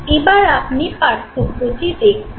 এবার আপনি পার্থক্য দেখুন